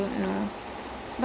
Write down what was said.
mm that's good